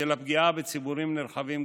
בשל הפגיעה בציבורים נרחבים,